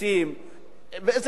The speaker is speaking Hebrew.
אלה דברים, באמת,